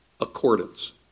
Accordance